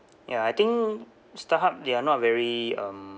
ya I think starhub they are not very um